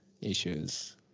issues